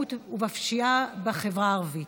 באלימות ובפשיעה בחברה הערבית.